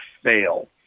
fail